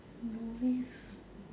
novice